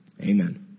amen